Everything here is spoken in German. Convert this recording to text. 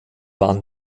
waren